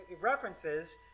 references